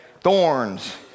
thorns